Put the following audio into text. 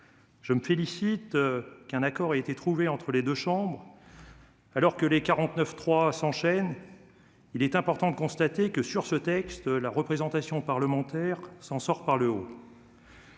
Je me félicite qu'un accord ait été trouvé entre les deux chambres. Alors que les 49.3 s'enchaînent, il est important de constater que, sur ce texte, la représentation parlementaire s'en sort par le haut.